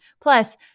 Plus